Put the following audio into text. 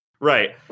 Right